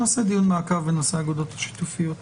נעשה דיון מעקב בנושא האגודות השיתופיות.